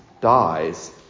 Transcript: dies